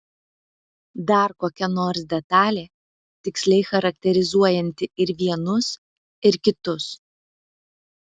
dar kokia nors detalė tiksliai charakterizuojanti ir vienus ir kitus